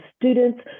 students